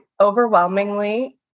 overwhelmingly